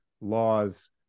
laws